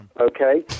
okay